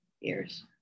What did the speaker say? years